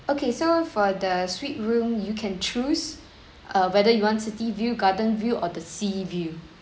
okay so for the suite room you can choose uh whether you want city view garden view or the sea view